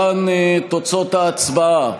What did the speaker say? להלן תוצאות ההצבעה: